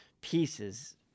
pieces